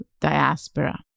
diaspora